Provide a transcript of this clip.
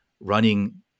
running